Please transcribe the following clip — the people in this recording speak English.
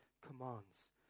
commands